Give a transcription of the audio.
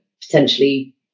potentially